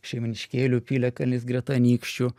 šeimyniškėlių piliakalnis greta anykščių